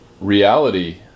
Reality